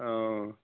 آ